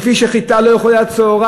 כי כפי שחיטה לא יכולה להיות שעורה,